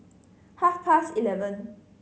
half past eleven